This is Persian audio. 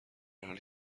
حالی